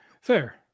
Fair